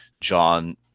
John